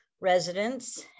residents